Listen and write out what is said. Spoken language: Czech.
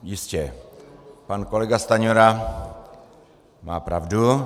Jistě, pan kolega Stanjura má pravdu.